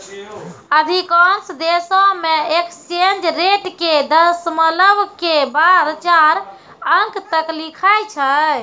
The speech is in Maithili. अधिकांश देशों मे एक्सचेंज रेट के दशमलव के बाद चार अंक तक लिखै छै